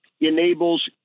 enables